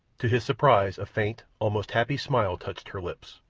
to his surprise a faint, almost happy smile touched her lips.